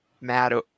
mad